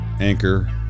anchor